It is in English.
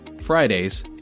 Fridays